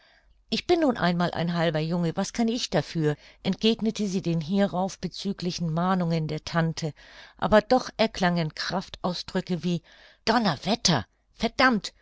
ich bin nun einmal ein halber junge was kann ich dafür entgegnete sie den hierauf bezüglichen mahnungen der tante aber doch erklangen kraftausdrücke wie donnerwetter verdammt